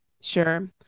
Sure